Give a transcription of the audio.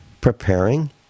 preparing